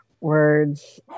words